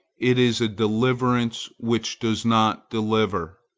it is a deliverance which does not deliver.